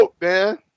man